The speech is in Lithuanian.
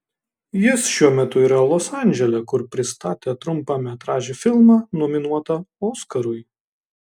jis šiuo metu yra los andžele kur pristatė trumpametražį filmą nominuotą oskarui